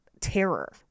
terror